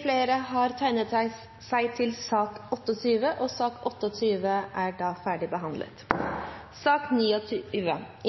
Flere har ikke bedt om ordet til sak nr. 28. Etter